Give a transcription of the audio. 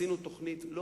עשינו תוכנית,